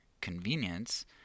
convenience